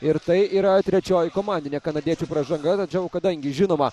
ir tai yra trečioji komandinė kanadiečių pražanga tačiau kadangi žinoma